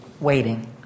waiting